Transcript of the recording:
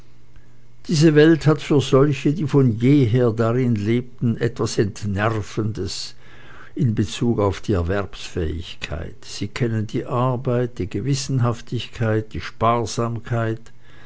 diese welt hat für solche die von jeher darin lebten etwas entnervendes in bezug auf die erwerbsfähigkeit sie kennen die arbeit die gewissenhaftigkeit die sparsamkeit